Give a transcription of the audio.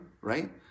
right